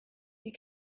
you